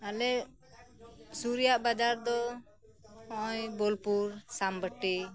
ᱟᱞᱮ ᱥᱩᱨ ᱨᱮᱭᱟᱜ ᱵᱟᱡᱟᱨ ᱫᱚ ᱱᱚᱜᱼᱟᱭ ᱵᱳᱞᱯᱩᱨ ᱥᱟᱢᱵᱟᱴᱤ